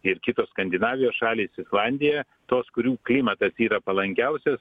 ir kitos skandinavijos šalys islandija tos kurių klimatas yra palankiausias